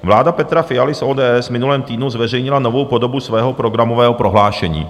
Vláda Petra Fialy z ODS v minulém týdnu zveřejnila novou podobu svého programového prohlášení.